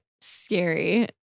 scary